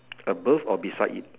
above or beside it